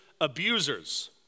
abusers